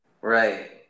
Right